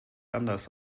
anders